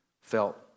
felt